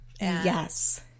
Yes